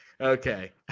okay